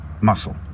muscle